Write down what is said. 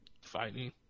fighting